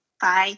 Bye